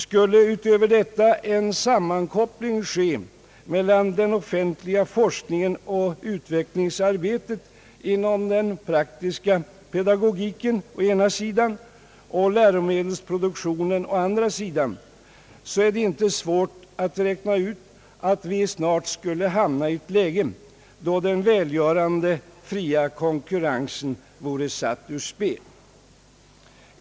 Skulle utöver detta en sammankoppling ske mellan den offentliga forskningen och utvecklingsarbetet inom den praktiska pedagogiken å ena sidan och läromedelsproduktionen å andra sidan, är det inte svårt att räkna ut att vi snart skulle hamna i ett läge då den välgörande fria konkurrensen vore satt ur spel.